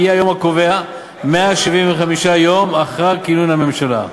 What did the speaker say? יהיה היום הקובע היום ה-175 לאחר כינון הממשלה.